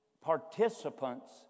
participants